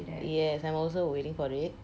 yes I'm also waiting for it